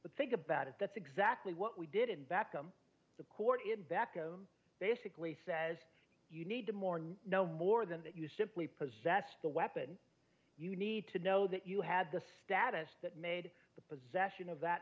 but think about it that's exactly what we did and back them the court in back of them basically says you need to mourn no more than that you simply possess the weapon you need to know that you had the status that made the possession of that